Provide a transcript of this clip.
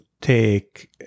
take